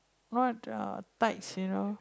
not err tights you know